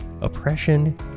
oppression